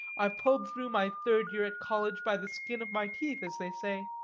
i pulled through my third year at college by the skin of my teeth, as they say.